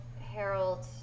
Harold